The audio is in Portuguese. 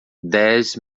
dez